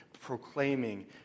proclaiming